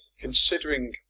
considering